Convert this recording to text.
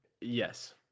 Yes